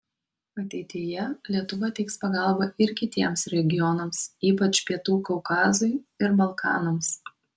ateityje lietuva teiks pagalbą ir kitiems regionams ypač pietų kaukazui ir balkanams